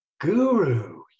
guru